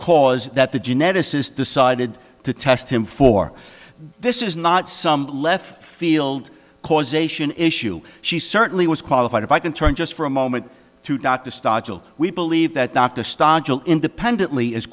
cause that the geneticist decided to test him for this is not some left field causation issue she certainly was qualified if i can turn just for a moment to dr stachel we believe that dr stanton independently